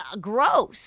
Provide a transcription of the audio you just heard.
gross